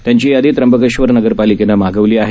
त्यांची यादी त्र्यंबकेश्वर नगरपालिकेनं मागवली आहे